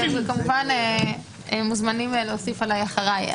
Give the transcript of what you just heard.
וכמובן אתם מוזמנים להוסיף אחרי.